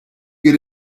get